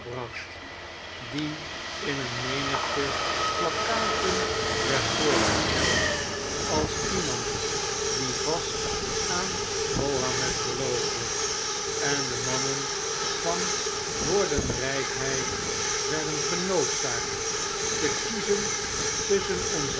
die in een menigte plakkaten werd voorgesteld als iemand die vast aan mahomet geloofde en de mannen van woordenrjjkheid werden genoodzaakt te kiezen tusschen onzen